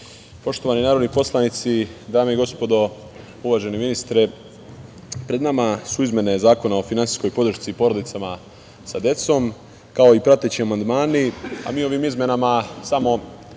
narodni poslanici, dame i gospodo, uvaženi ministre, pred nama su izmene Zakona o finansijskoj podršci porodicama sa decom, kao i prateći amandmani, a mi ovim izmenama samo